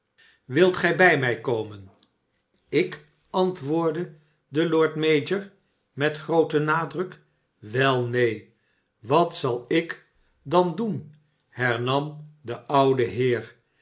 wilt gij bij mij komen ik antwoordde de lord mayormet grooten nadruk wel neen wat zal ik dan doen hernam de oude heer